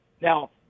Now